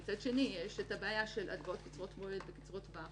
מצד שני יש הבעיה של הלוואות קצרות מועד וקצרות טווח,